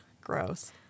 Gross